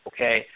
Okay